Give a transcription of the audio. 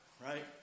right